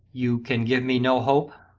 you can give me no hope?